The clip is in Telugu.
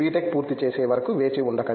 టెక్ పూర్తి చేసే వరకు వేచి ఉండకండి